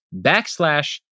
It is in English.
backslash